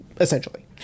essentially